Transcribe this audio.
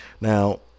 Now